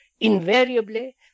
invariably